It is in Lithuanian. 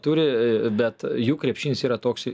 turi bet jų krepšinis yra toksai